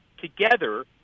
together